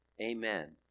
Amen